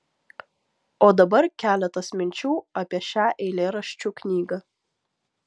o dabar keletas minčių apie šią eilėraščių knygą